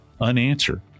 unanswered